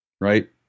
right